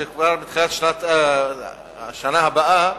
שכבר בתחילת השנה הבאה